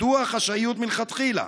מדוע החשאיות מלכתחילה?